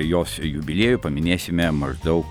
jos jubiliejų paminėsime maždaug